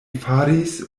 faris